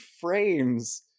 frames